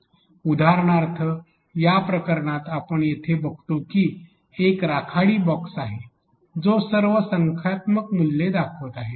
उदाहरणार्थ या प्रकरणात आपण येथे बघतो की एक राखाडी बॉक्स आहे जो सर्व संख्यात्मक मूल्ये दर्शवत आहे